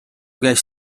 käis